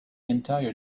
entire